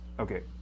Okay